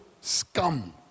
scum